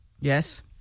Yes